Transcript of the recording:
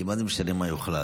כי מה זה משנה מה יוחלט?